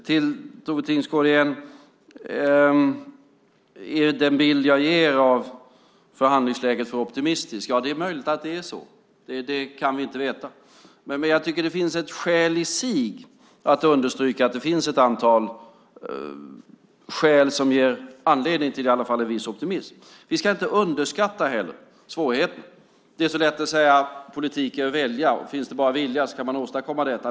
Tone Tingsgård undrar om den bild jag ger av förhandlingsläget är för optimistiskt. Ja, det är möjligt att det är så. Det kan vi inte veta. Men det finns ett skäl i sig att understryka att det finns ett antal punkter som ger anledning till en viss optimism. Vi ska inte heller underskatta svårigheten. Det är så lätt att säga att politik är att vilja. Finns det bara vilja går det att åstadkomma detta.